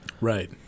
Right